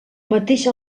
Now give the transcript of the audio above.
mateix